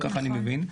ככה אני מבין.